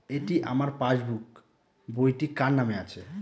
এটি আমার পাসবুক বইটি কার নামে আছে?